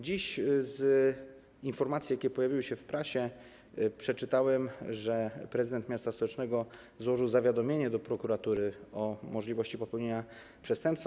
Dziś z informacji, jakie pojawiły się w prasie, dowiedziałem się, że prezydent miasta stołecznego złożył zawiadomienie do prokuratury o możliwości popełnienia przestępstwa.